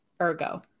ergo